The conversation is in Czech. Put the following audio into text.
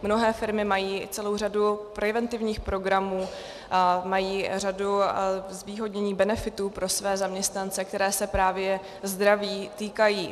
Mnohé firmy mají celou řadu preventivních programů, mají řadu zvýhodnění, benefitů pro své zaměstnance, které se právě zdraví týkají.